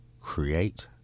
create